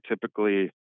typically